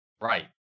Right